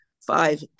five